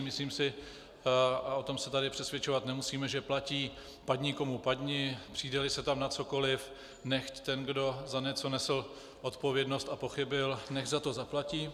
Myslím si, a o tom se tady přesvědčovat nemusíme, že platí padni komu padni, přijdeli se tam na cokoliv, nechť ten, kdo za něco nesl odpovědnost a pochybil, za to zaplatí.